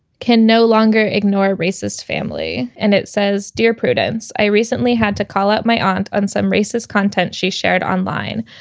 can no longer ignore racist family. and it says, dear prudence. i recently had to call up my aunt on some racist content she shared online.